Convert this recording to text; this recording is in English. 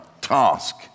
task